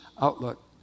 outlook